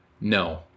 No